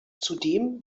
zudem